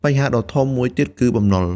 បញ្ហាដ៏ធំមួយទៀតគឺ បំណុល។